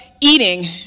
eating